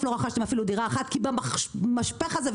לא רכשתם אפילו דירה אחת כי במשפך הזה,